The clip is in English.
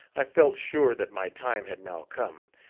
i felt sure that my time had now come,